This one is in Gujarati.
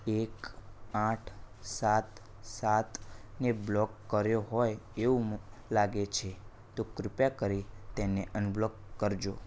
એક આઠ સાત સાતને બ્લોક કર્યો હોય એવું મ લાગે છે તો કૃપા કરી તેને અનબ્લોક કરજો